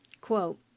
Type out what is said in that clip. quote